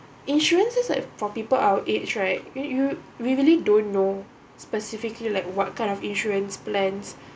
insurance just like for people our age right you you really don't know specifically like what kind of insurance plans